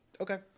Okay